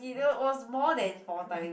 you know it was more than four times